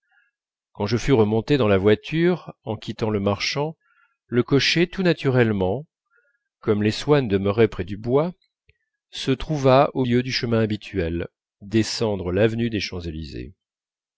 quand je fus remonté dans la voiture en quittant le marchand le cocher tout naturellement comme les swann demeuraient près du bois se trouva au lieu du chemin habituel descendre l'avenue des champs-élysées